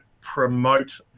promote